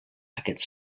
aquests